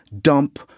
dump